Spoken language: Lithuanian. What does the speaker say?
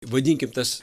vadinkim tas